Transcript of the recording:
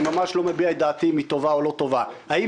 ממש לא מביע את דעתי אם היא טובה או לא טובה האם